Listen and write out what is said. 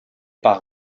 par